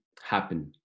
happen